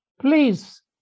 please